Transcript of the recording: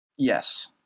Yes